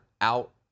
out